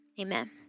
Amen